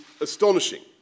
astonishing